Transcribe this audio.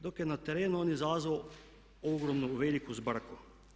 Dok je na terenu on izazvao ogromnu veliku zbrku.